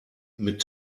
mit